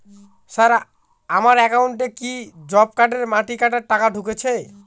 Sir আমার একাউন্টে কি জব কার্ডের মাটি কাটার টাকা ঢুকেছে?